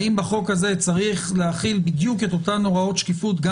האם בחוק הזה צריך להחיל בדיוק את אותן הוראות שקיפות גם